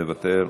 מוותר,